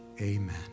amen